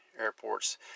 airports